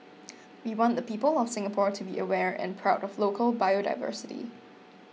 we want the people of Singapore to be aware and proud of local biodiversity